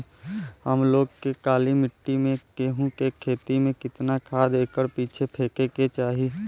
हम लोग के काली मिट्टी में गेहूँ के खेती में कितना खाद एकड़ पीछे फेके के चाही?